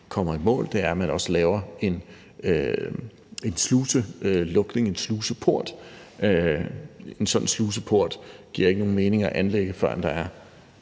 kommer i mål, er, at man også laver en sluselukning, en sluseport. En sådan sluseport giver ikke nogen mening at anlægge, før der er